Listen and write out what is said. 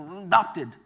adopted